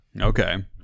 Okay